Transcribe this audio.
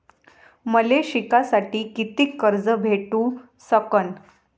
मले शिकासाठी कितीक कर्ज भेटू सकन?